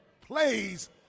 plays